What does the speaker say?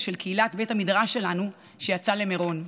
של קהילת בית המדרש שלנו שיצא למירון.